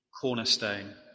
cornerstone